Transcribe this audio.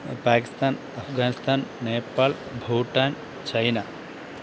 Pakistan Afghanistan Nepal Bhutan China